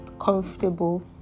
comfortable